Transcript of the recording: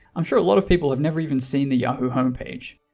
i'm sure a lot of people have never even seen the yahoo homepage.